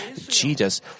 Jesus